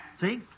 See